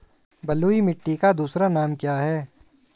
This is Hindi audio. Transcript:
बलुई मिट्टी का दूसरा नाम क्या है?